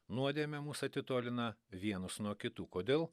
nuodėmė mus atitolina vienus nuo kitų kodėl